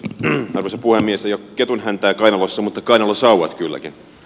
ei ole ketunhäntää kainalossa mutta kainalosauvat kylläkin